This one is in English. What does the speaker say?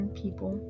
people